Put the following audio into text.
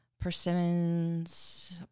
Persimmons